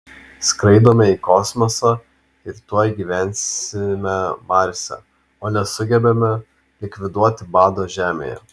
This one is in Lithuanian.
skraidome į kosmosą ir tuoj gyvensime marse o nesugebame likviduoti bado žemėje